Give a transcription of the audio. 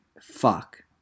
Fuck